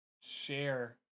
Share